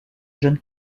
jeune